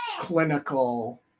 clinical